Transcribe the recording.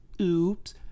Oops